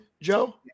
Joe